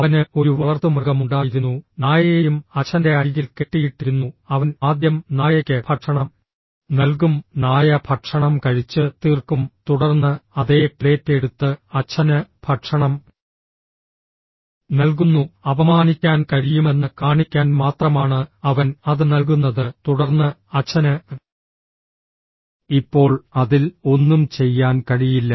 അവന് ഒരു വളർത്തുമൃഗമുണ്ടായിരുന്നു നായയെയും അച്ഛന്റെ അരികിൽ കെട്ടിയിട്ടിരുന്നു അവൻ ആദ്യം നായയ്ക്ക് ഭക്ഷണം നൽകും നായ ഭക്ഷണം കഴിച്ച് തീർക്കും തുടർന്ന് അതേ പ്ലേറ്റ് എടുത്ത് അച്ഛന് ഭക്ഷണം നൽകുന്നു അപമാനിക്കാൻ കഴിയുമെന്ന് കാണിക്കാൻ മാത്രമാണ് അവൻ അത് നൽകുന്നത് തുടർന്ന് അച്ഛന് ഇപ്പോൾ അതിൽ ഒന്നും ചെയ്യാൻ കഴിയില്ല